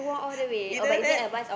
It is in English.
either that